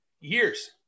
years